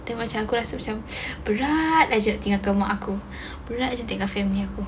aku macam aku rasa macam berat aje tinggalkan mak aku berat jer tinggal family aku